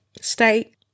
state